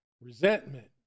resentment